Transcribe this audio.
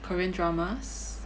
Korean dramas